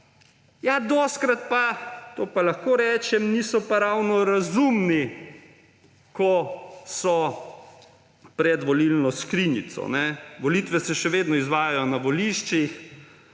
Ja, dostikrat, to pa lahko rečem, pa niso ravno razumni, ko so pred volilno skrinjico. Volitve se še vedno izvajajo na voliščih,